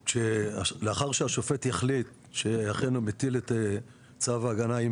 לאחר שהשופט יחליט שאכן הוא מטיל את צו ההגנה עם